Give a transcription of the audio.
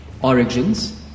origins